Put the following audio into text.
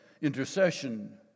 intercession